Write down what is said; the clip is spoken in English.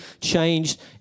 changed